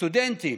סטודנטים,